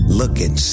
looking